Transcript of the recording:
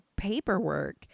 paperwork